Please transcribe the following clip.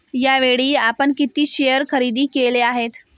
यावेळी आपण किती शेअर खरेदी केले आहेत?